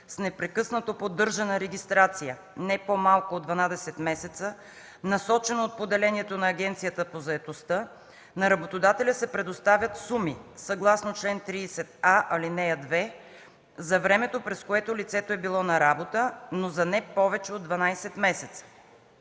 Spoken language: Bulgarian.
с непрекъснато поддържана регистрация не по-малко от 12 месеца, насочено от поделението на Агенцията по заетостта, на работодателя се предоставят суми съгласно чл. 30а, ал. 2 за времето, през което лицето е било на работа, но за не повече от 12 месеца.